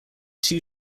two